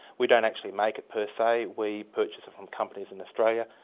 we don't actually make it per se, we purchase it from companies in australia.